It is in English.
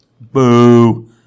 Boo